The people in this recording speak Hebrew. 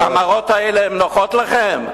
המראות האלה הם נוחים לכם?